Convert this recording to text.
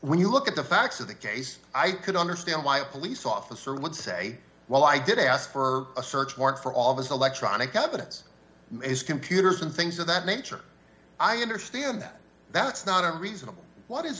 when you look at the facts of the case i could understand why a police officer would say well i did ask for a search warrant for all this electronic of it is computers and things of that nature i understand that that's not a reasonable what is